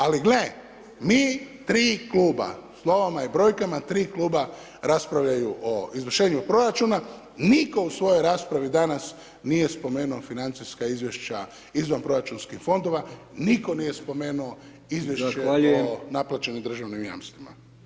Ali gledaj, mi 3 kluba slovama i brojkama 3 kluba raspravljaju o izvršenju proračuna, niko u svojoj raspravi danas nije spomenuo financijska izvješća izvanproračunskih fondova, nitko nije spomenuo izvješće [[Upadica: Zahvaljujem.]] o naplaćenim državnim jamstvima.